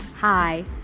Hi